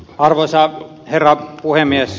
arvoisa herra puhemies